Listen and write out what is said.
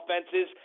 offenses